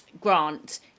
grant